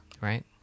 right